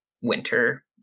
winter